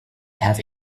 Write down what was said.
have